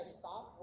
stop